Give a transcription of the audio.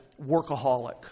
workaholic